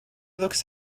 looks